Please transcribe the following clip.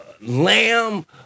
lamb